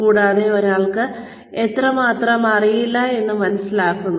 കൂടാതെ ഒരാൾക്ക് എത്രമാത്രം അറിയില്ല എന്നത് മനസ്സിലാക്കുന്നു